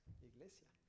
iglesia